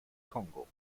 kongo